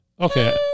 Okay